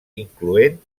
incloent